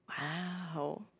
Wow